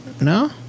No